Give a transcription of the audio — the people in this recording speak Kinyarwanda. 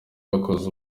wakoze